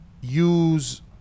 use